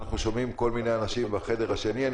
אנחנו שומעים כל מיני אנשים בחדר השני.